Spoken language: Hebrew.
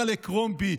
אהרל'ה קרומבי,